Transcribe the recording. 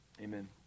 amen